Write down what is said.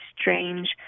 strange